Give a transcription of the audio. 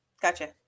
gotcha